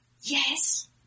Yes